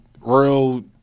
real